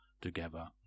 together